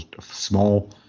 Small